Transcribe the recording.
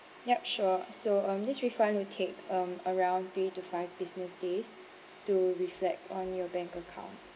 yup sure so um this refund will take um around three to five business days to reflect on your bank account